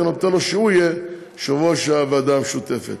נותן לו להיות יושב-ראש הוועדה המשותפת.